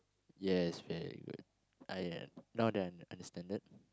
yes very good I now then I understand that